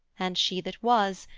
and she that was,